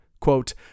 Quote